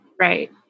Right